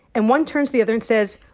and one turns the other and says,